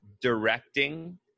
directing